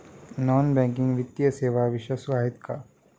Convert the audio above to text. Non banking वित्तीय सेवा विश्वासू आहेत का?